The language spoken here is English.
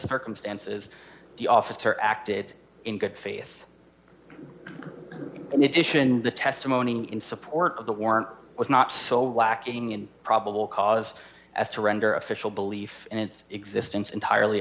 circumstances the officer acted in good faith in addition the testimony in support of the warrant was not so lacking in probable cause as to render official belief in its existence entirely